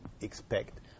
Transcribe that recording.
expect